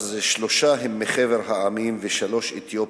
אז שלוש הן מחבר העמים ושלוש אתיופיות.